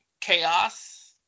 chaos